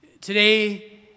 Today